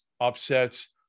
upsets